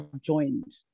joined